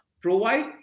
provide